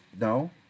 No